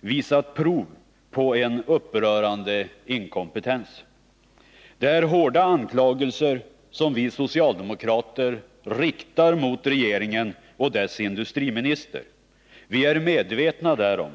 visat prov på upprörande inkompetens. Det är hårda anklagelser som vi socialdemokrater riktar mot regeringen och dess industriminister. Vi är medvetna därom.